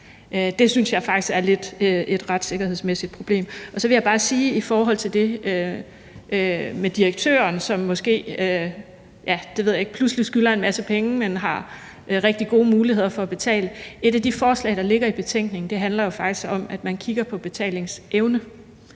Det synes jeg faktisk er et retssikkerhedsmæssigt problem. Så vil jeg bare sige i forhold til det med direktøren, som måske, det ved jeg ikke, pludselig skylder en masse penge, men har rigtig gode muligheder for at betale, at et af de forslag, der ligger i betænkningen, jo faktisk handler om, at man kigger på betalingsevne,